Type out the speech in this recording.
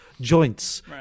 joints